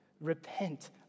Repent